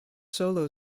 solo